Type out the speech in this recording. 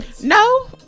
No